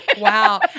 Wow